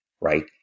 right